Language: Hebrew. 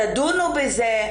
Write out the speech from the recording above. תדונו בזה,